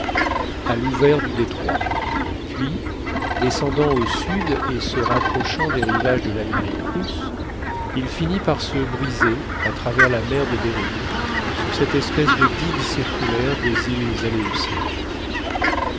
à l'ouvert du détroit puis descendant au sud et se rapprochant des rivages de l'amérique russe il finit par se briser à travers la mer de behring sur cette espèce de digue circulaire des îles